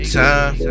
time